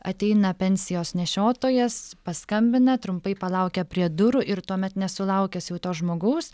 ateina pensijos nešiotojas paskambina trumpai palaukia prie durų ir tuomet nesulaukęs to žmogaus